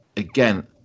again